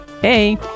hey